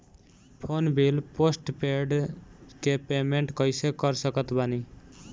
Phone bill postpaid के payment कैसे कर सकत बानी?